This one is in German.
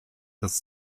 das